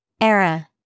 Era